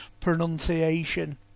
pronunciation